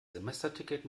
semesterticket